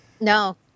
No